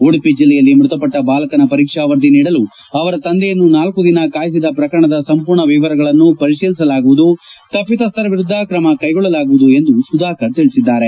ಉಡುಪಿ ಜಿಲ್ಲೆಯಲ್ಲಿ ಮೃತಪಟ್ಟ ಬಾಲಕನ ಪರೀಕ್ಷಾ ವರದಿ ನೀಡಲು ತಂದೆಯನ್ನು ನಾಲ್ಲು ದಿನ ಕಾಯಿಸಿದ ಪ್ರಕರಣದ ಸಂಪೂರ್ಣ ವಿವರಗಳನ್ನು ಪರಿತೀಲಿಸಲಾಗುವುದು ತಪಿತಸ್ವರ ವಿರುದ್ದ ಕ್ರಮ ಕೈಗೊಳ್ಳಲಾಗುವುದು ಎಂದು ಸುಧಾಕರ್ ತಿಳಿಸಿದ್ದಾರೆ